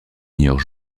meilleurs